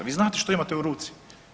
Vi znate što imate u ruci.